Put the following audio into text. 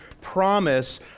promise